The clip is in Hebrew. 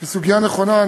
היא סוגיה נכונה.